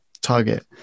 target